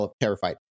terrified